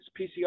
PCR